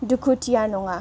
दुखुथिया नङा